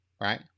right